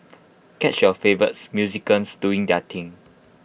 catch your favourites musicians doing their thing